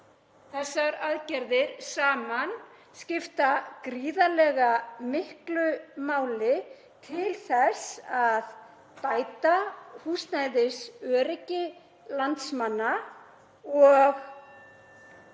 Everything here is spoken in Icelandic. Þessar aðgerðir saman skipta gríðarlega miklu máli til þess að bæta húsnæðisöryggi landsmanna.